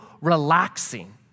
relaxing